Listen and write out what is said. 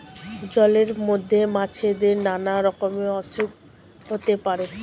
জলের মধ্যে মাছেদের নানা রকমের অসুখ হতে পারে